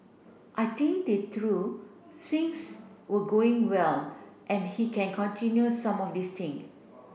I think they through things were going well and he can continue some of these thing